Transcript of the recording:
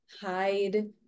hide